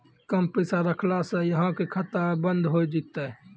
कम पैसा रखला से अहाँ के खाता बंद हो जैतै?